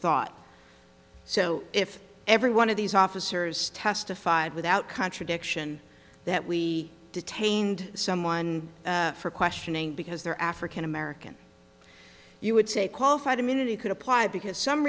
thought so if every one of these officers testified without contradiction that we detained someone for questioning because they're african american you would say qualified immunity could apply because some